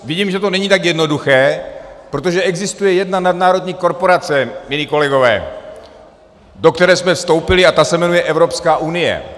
Vidím, že to není tak jednoduché, protože existuje jedna nadnárodní korporace, milí kolegové, do které jsme vstoupili, a ta se jmenuje Evropská unie.